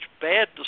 bad